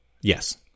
Yes